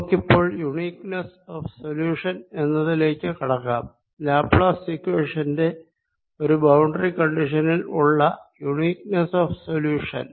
നമുക്കിപ്പോൾ uniqueness of solution എന്നതിലേക്ക് കടക്കാം ലാപ്ലേസ് ഇക്വേഷന്റെ ഒരു ബൌണ്ടറി കണ്ടിഷനിൽ ഉള്ള യൂണിക്ക്നെസ്സ് ഓഫ് സൊല്യൂഷൻ